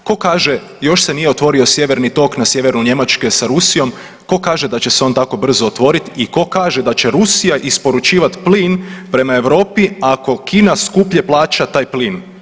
Tko kaže još se nije otvorio sjeverni tok na sjeveru Njemačke sa Rusijom, tko kaže da će se on tako brzo otvoriti i tko kaže da će Rusija isporučivati plin prema Europi ako Kina skuplje plaća taj plin.